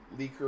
leaker